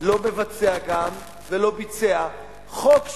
גם לא מבצע ולא ביצע חוק שמוכן,